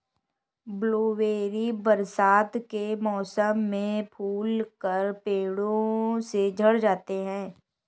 blueberry बरसात के मौसम में फूलकर पेड़ों से झड़ जाते हैं